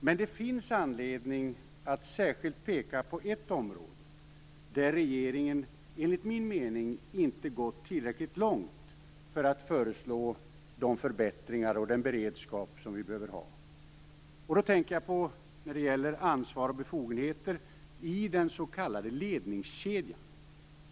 Men det finns anledning att särskilt peka på ett område där regeringen enligt min mening inte gått tillräckligt långt för att föreslå de förbättringar och den beredskap som vi behöver ha. Jag tänker på ansvar och befogenheter i den s.k. ledningskedjan.